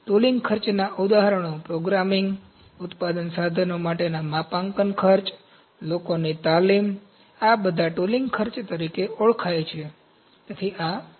tooling ખર્ચના ઉદાહરણો programming ઉત્પાદન સાધનો માટે માપાંકન ખર્ચ લોકોની તાલીમ આ બધા ટૂલિંગ ખર્ચ તરીકે ઓળખાય છે